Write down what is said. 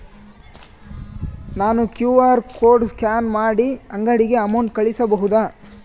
ನಾನು QR code scan ಮಾಡಿ ಅಂಗಡಿಗೆ ಅಮೌಂಟ್ ಕಳಿಸಬಹುದಾ?